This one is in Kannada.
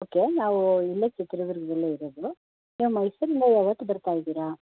ಓಕೆ ನಾವು ಇಲ್ಲೇ ಚಿತ್ರದುರ್ಗ್ದಲ್ಲೇ ಇರೋದು ನೀವು ಮೈಸೂರಿಂದ ಯಾವತ್ತು ಬರ್ತಾ ಇದ್ದೀರಾ